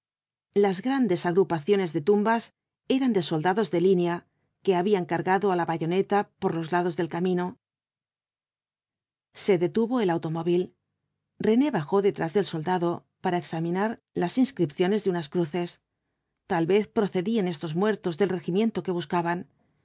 l'is grandes agrupaciones de tumbas eran de soldados de línea que habían cargado á la bayoneta por los lados del camino se detuvo el automóvil liené bajó detrás del soldada para examinar las inscripciones de unas cru es tal vez procedían estos muertos del regimiento que buscaban